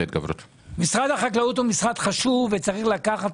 משרד החקלאות הוא משרד חשוב וצריך לקחת